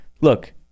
Look